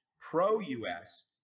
pro-U.S